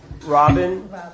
Robin